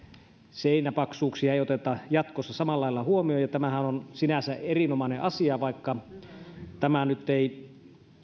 seinäpaksuuksia ei oteta jatkossa samalla lailla huomioon tämähän on sinänsä erinomainen asia vaikka tämä nyt ei